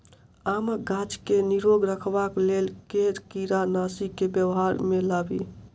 आमक गाछ केँ निरोग रखबाक लेल केँ कीड़ानासी केँ व्यवहार मे लाबी?